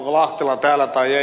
lahtela täällä vai ei